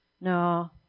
No